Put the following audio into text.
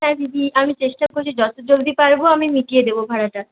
হ্যাঁ দিদি আমি চেষ্টা করছি যত জলদি পারব আমি মিটিয়ে দেবো ভাড়াটা